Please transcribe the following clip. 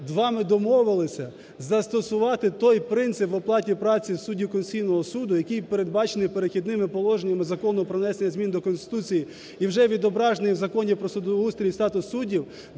вами домовилися застосувати той принцип в оплаті праці суддів Конституційного Суду, який передбачений "Перехідними положеннями" Закону про внесення змін до Конституції і вже відображений в Законі про судоустрій, і статус суддів,